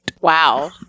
Wow